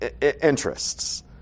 interests